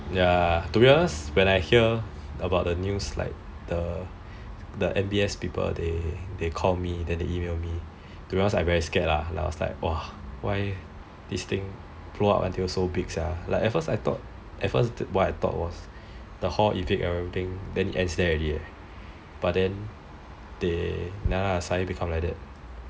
to be honest when I hear about the news that the N_B_S people they call me and they email me to be honest I very scared ah like why this thing blow up until so big sia like at first I thought at first what I thought was the hall evicted the thing then it ends there already but then they become until like that